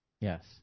Yes